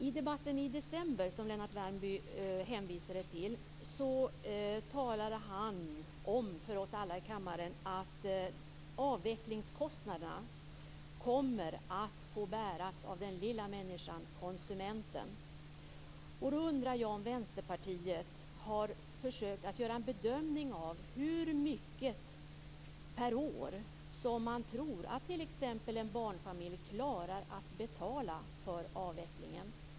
I debatten i december, som Lennart Värmby hänvisade till, talade han om för oss alla i kammaren att avvecklingskostnaderna kommer att få bäras av den lilla människan, konsumenten. Då undrar jag om Vänsterpartiet har försökt att göra en bedömning av hur mycket per år som man tror att t.ex. en barnfamilj klarar att betala för avvecklingen.